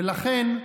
ולכן,